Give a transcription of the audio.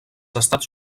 estats